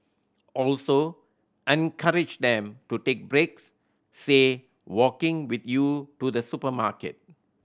also encourage them to take breaks say walking with you to the supermarket